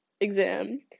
exam